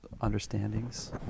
understandings